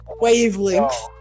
wavelength